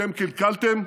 אתם קלקלתם,